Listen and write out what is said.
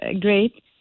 great